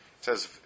says